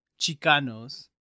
chicanos